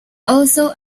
also